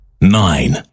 Nine